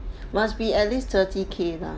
must be at least thirty K lah